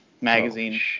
magazine